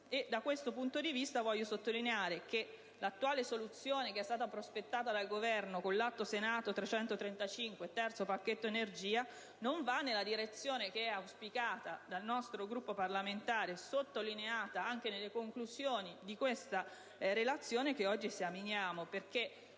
Da questo punto di vista voglio sottolineare che l'attuale soluzione prospettata dal Governo con l'Atto Senato n. 335 (terzo pacchetto energia) non va nella direzione che è auspicata dal nostro Gruppo parlamentare e sottolineata anche nelle conclusioni della relazione che oggi esaminiamo: